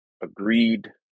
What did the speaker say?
agreed